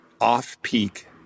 off-peak